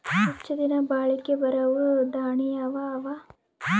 ಹೆಚ್ಚ ದಿನಾ ಬಾಳಿಕೆ ಬರಾವ ದಾಣಿಯಾವ ಅವಾ?